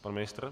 Pan ministr?